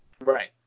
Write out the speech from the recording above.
Right